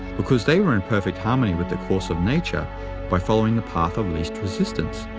because they were in perfect harmony with the course of nature by following the path of least resistance.